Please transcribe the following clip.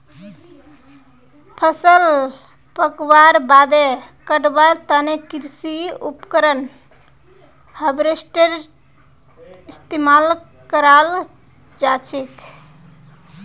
फसल पकवार बादे कटवार तने कृषि उपकरण हार्वेस्टरेर इस्तेमाल कराल जाछेक